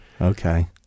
Okay